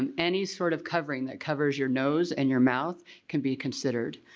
um any sort of covering that covers your nose and your mouth can be considered.